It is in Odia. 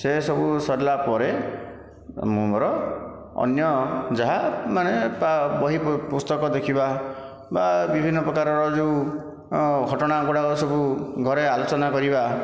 ସେ ସବୁ ସରିଲା ପରେ ମୁଁ ମୋର ଅନ୍ୟ ଯାହା ମାନେ ପା ବହି ପୁସ୍ତକ ଦେଖିବା ବା ବିଭିନ୍ନ ପ୍ରକାରର ଯେଉଁ ଘଟଣା ଗୁଡ଼ାକ ସବୁ ଘରେ ଆଲୋଚନା କରିବା